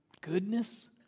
Goodness